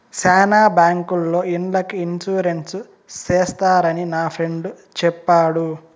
శ్యానా బ్యాంకుల్లో ఇండ్లకి ఇన్సూరెన్స్ చేస్తారని నా ఫ్రెండు చెప్పాడు